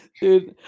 dude